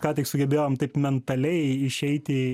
ką tik sugebėjom taip mentaliai išeiti